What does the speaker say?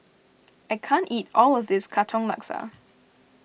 I can't eat all of this Katong Laksa